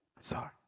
sorry